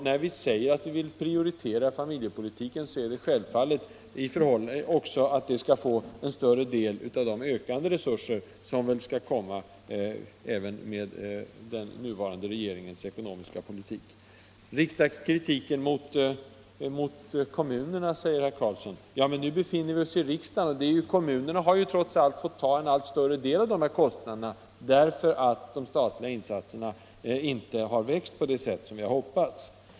När vi säger att vi vill prioritera familjepolitiken, så betyder det självfallet att den skall få en större del av de ökande resurser som väl skall komma även med den nuvarande regeringens ekonomiska politik. Rikta kritiken mot kommunerna, sade herr Karlsson. Ja, men nu befinner vi oss i riksdagen. Kommunerna har trots allt fått ta en allt större del av barntillsynskostnaderna, därför att de statliga insatserna inte har växt på det sätt som vi hoppats.